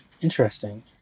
Interesting